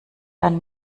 dann